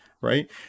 right